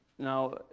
Now